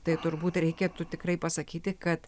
tai turbūt reikėtų tikrai pasakyti kad